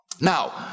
Now